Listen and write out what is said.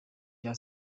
cya